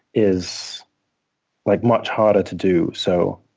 is like much harder to do, so.